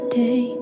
day